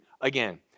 again